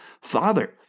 father